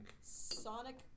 Sonic